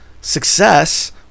success